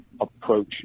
approach